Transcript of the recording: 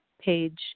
page